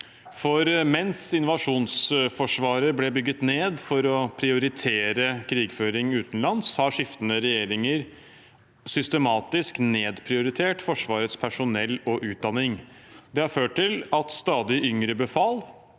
For mens invasjonsforsvaret ble bygget ned for å prioritere krigføring utenlands, har skiftende regjeringer systematisk nedprioritert Forsvarets personell og utdanning. Det har ført til at stadig yngre befal,